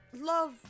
love